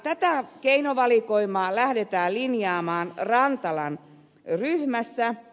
tätä keinovalikoimaa lähdetään linjaamaan rantalan ryhmässä